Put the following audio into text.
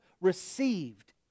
received